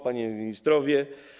Panowie Ministrowie!